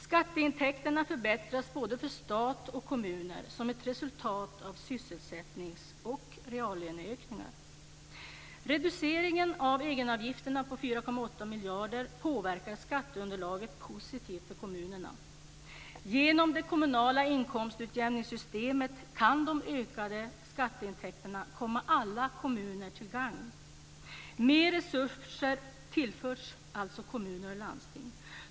Skatteintäkterna förbättras både för stat och kommuner som ett resultat av sysselsättnings och reallöneökningar. Reduceringen av egenavgifterna på 4,8 miljarder påverkar skatteunderlaget positivt i kommunerna. Genom det kommunala inkomstutjämningssystemet kan de ökade skatteintäkterna komma alla kommuner till gagn. Mer resurser tillförs alltså kommuner och landsting.